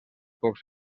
pocs